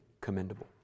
commendable